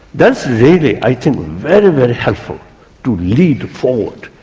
that's really i think very, very helpful to lead forward.